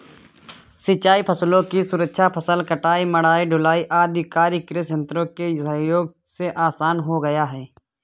सिंचाई फसलों की सुरक्षा, फसल कटाई, मढ़ाई, ढुलाई आदि कार्य कृषि यन्त्रों के सहयोग से आसान हो गया है